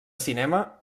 cinema